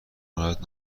ناراحت